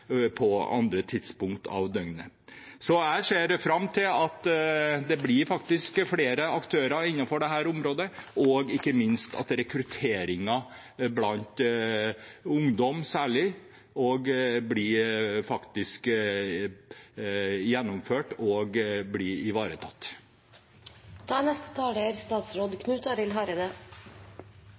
andre tidspunkt på døgnet. Jeg ser fram til at det blir flere aktører innenfor dette området, og ikke minst at rekrutteringen, særlig blant ungdom, også blir gjennomført og ivaretatt. Motorsporten er